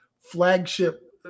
flagship